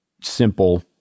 simple